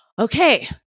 okay